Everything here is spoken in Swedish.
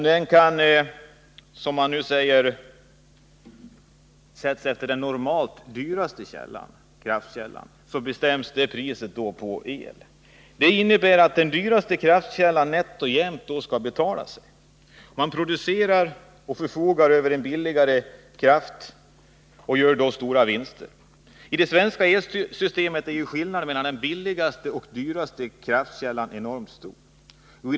Detta innebär att den normalt dyraste kraftkällan, dvs. elkraften, nätt och jämnt betalar sig. De som producerar och förfogar över billigare kraft gör då stora vinster. I det svenska elsystemet är skillnaden mellan den dyraste och den billigaste kraftkällan enormt stor.